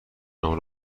نام